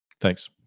Thanks